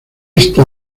esta